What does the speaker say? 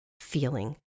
feeling